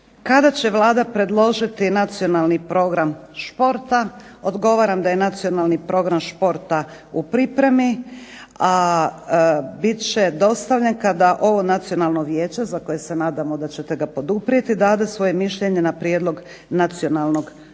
Kada će Vlada predložiti nacionalni program športa? Odgovaram da je nacionalni program športa u pripremi, a bit će dostavljen kada ovo nacionalno vijeće za koje se nadamo da ćete ga poduprijeti dade svoje mišljenje na prijedlog nacionalnog programa